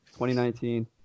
2019